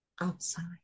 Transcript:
outside